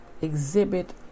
Exhibit